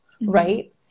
right